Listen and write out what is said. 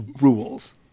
rules